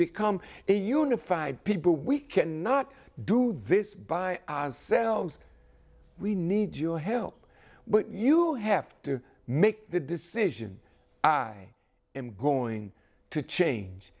become a unified people we cannot do this by ourselves we need your help but you have to make the decision i am going to change